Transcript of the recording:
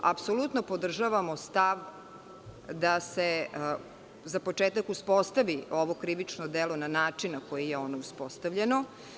Apsolutno podržavamo stav da se za početak uspostavi ovo krivično delo na način na koji je uspostavljeno.